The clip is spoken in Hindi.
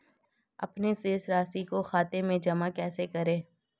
अपने शेष राशि को खाते में जमा कैसे करें?